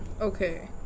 Okay